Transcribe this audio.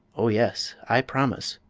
oh, yes i promise,